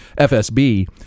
fsb